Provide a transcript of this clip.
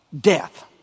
death